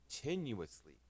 continuously